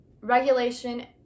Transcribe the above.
regulation